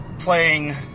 Playing